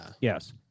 yes